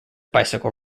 bicycle